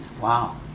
Wow